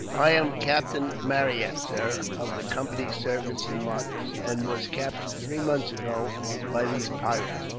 i am captain marryat, sir, of the company's service in madras and was captured three months ago by these pirates.